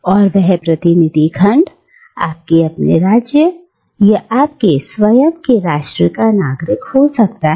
और वह प्रतिनिधि खंड आपके अपने राज्य यहां आपके स्वयं के राष्ट्र का नागरिक हो सकता है